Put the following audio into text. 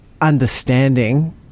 understanding